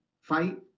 fight